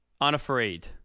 unafraid